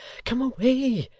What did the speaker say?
come away.